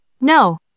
no